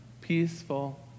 peaceful